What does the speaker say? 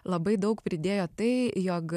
labai daug pridėjo tai jog